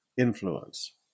influence